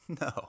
No